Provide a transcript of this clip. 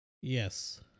Yes